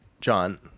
john